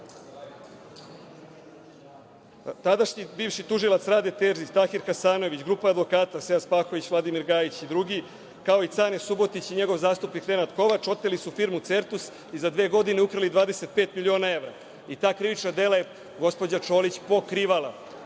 Tadašnji bivši tužilac Rade Terzić, Tahir Kasanović, grupa advokata Sead Spahović, Vladimir Gajić i drugi, kao i Cane Subotić i njegov zastupnik Nenad Kovač oteli su firmu „Certus“ i za dve godine ukrali 25 miliona evra. Ta krivična dela je gospođa Čolić pokrivala. Ona